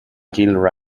jill